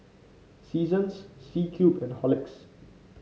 Seasons C Cube and Horlicks